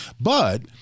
But-